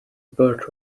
birth